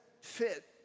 fit